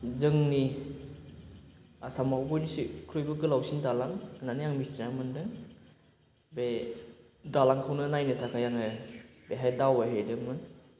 जोंनि आसामावबो बयनिख्रुइबो गोलावसिन दालां होन्नानै आं मिथिनानै मोनदों बे दालांखौनो नायनो थाखाय आङो बेहाय दावबायहैदोंमोन